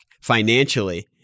financially